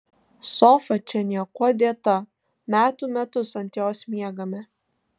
sofa čia niekuo dėta metų metus ant jos miegame